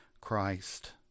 Christ